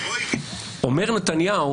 אומר נתניהו